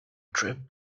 trip